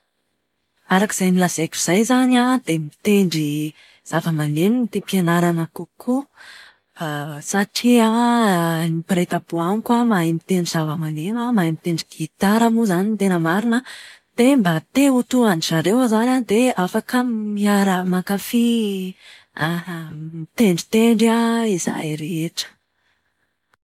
Arak'izay nolazaiko izay izany an, dia mitendry zava-maneno no tiako ianarana kokoa. Satria na ny mpiray tam-po amiko mahay mitendry zava-maneno an, mahay mitendry gitara moa zany ny tena marina. Dia mba te-ho toa an-dry zareo aho izany an dia afaka miara-mankafy mitendritendry izahay rehetra.